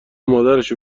مادرشو